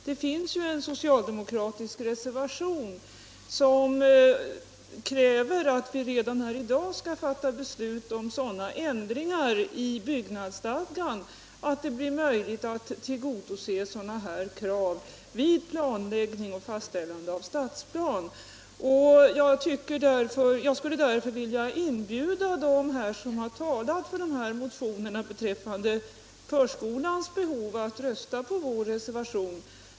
Det finns nämligen en socialdemokratisk reservation som kräver att vi redan i dag skall fatta beslut om sådana ändringar i byggnadsstadgan att det blir möjligt att tillgodose sådana här krav vid planläggning och fastställande av stadsplan. Jag skulle därför vilja inbjuda dem som har talat för motionerna beträffande förskolans behov att rösta på vår reservation.